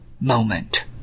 moment